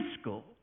school